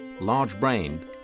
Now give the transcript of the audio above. large-brained